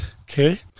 okay